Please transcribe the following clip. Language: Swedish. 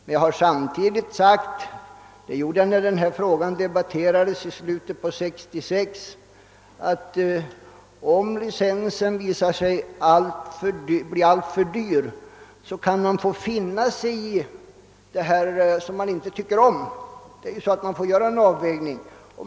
Samtidigt har jag emellertid sagt — jag gjorde det när denna fråga debatterades i slutet av år 1966 — att om licensen visar sig bli alltför hög kan vi få finna oss i att annonser tas in i TV. Man får göra en avvägning.